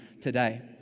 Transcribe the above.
today